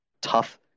tough